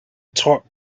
taught